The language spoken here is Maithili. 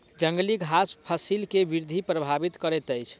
जंगली घास फसिल के वृद्धि प्रभावित करैत अछि